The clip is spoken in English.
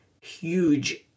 huge